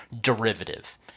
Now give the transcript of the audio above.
derivative